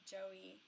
Joey